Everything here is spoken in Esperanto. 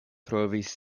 trovis